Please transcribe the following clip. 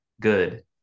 good